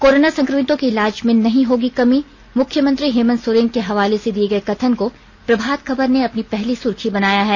corona संक्रमितों के इलाज में नहीं होगी कमी मुख्यमंत्री हेमन्त सोरेन के हवाले से दिए गए कथन को प्रभात खबर ने अपनी पहली सुर्खी बनाया है